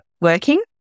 working